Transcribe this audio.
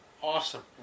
awesome